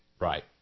Right